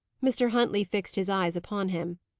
mr. huntley fixed his eyes upon him.